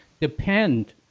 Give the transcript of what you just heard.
depend